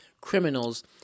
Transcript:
criminals